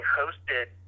hosted